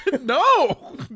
No